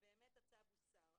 באמת הצו הוסר,